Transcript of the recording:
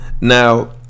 now